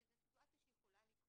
שזו סיטואציה שיכולה לקרות.